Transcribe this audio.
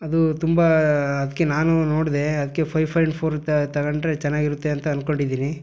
ಅದು ತುಂಬ ಅದಕ್ಕೆ ನಾನೂ ನೋಡಿದೆ ಅದಕ್ಕೆ ಫೈವ್ ಫಾಯಿಂಟ್ ಫೋರುದ್ದು ತಗೊಂಡ್ರೆ ಚೆನ್ನಾಗಿರುತ್ತೆ ಅಂತ ಅಂದ್ಕೊಂಡಿದೀನಿ